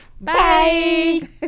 Bye